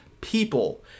people